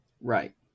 right